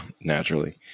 Naturally